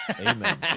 Amen